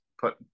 put –